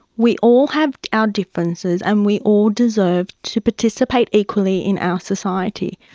we all have our differences and we all deserve to participate equally in our society.